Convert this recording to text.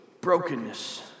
brokenness